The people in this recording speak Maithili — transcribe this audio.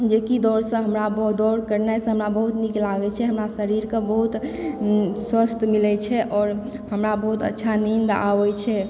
जे कि दौड़सँ हमरा बहुत दौड़ करनाइसँ हमरा बहुत नीक लागय छै हमरा शरीरके बहुत स्वस्थ मिलय छै आओर हमरा बहुत अच्छा नीन्द आबय छै